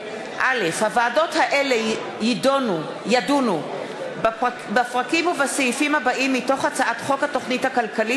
הוועדות האלה ידונו בפרקים ובסעיפים הבאים מתוך הצעת חוק התוכנית הכלכלית